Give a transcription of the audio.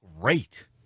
great